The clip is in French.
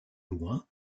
loin